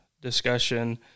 discussion